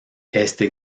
este